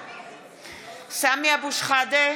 סמי אבו שחאדה,